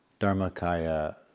dharmakaya